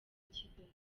kigali